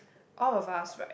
all of us right